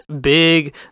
big